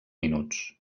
minuts